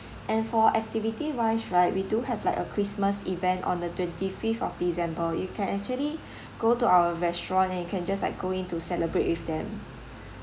and for activity wise right we do have like a christmas event on the twenty fifth of december you can actually go to our restaurant and you can just like go in to celebrate with them